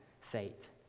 faith